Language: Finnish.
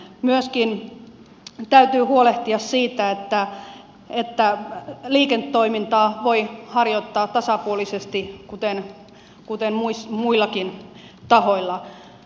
myöskin täytyy huolehtia siitä että liiketoimintaa voi harjoittaa tasapuolisesti kuten muillakin tahoilla